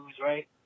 right